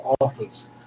office